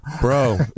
bro